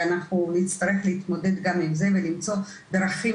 ואנחנו נצטרך להתמודד גם עם זה ולמצוא דרכים